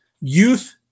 Youth